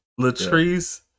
Latrice